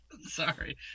sorry